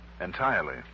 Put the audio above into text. Entirely